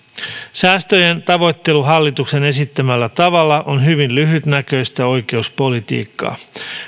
säästöjen tavoittelu hallituksen esittämällä tavalla on hyvin lyhytnäköistä oikeuspolitiikkaa